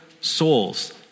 souls